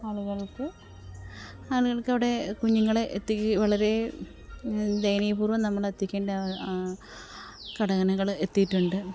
ആളുകള്ക്ക് ആളുകൾക്ക് അവിടെ കുഞ്ഞുങ്ങളെ എത്തികീ വളരേ ദയനീയപൂര്വ്വം നമ്മൾ എത്തിക്കേണ്ട ആ കടനകൾ എത്തിയിട്ടുണ്ട്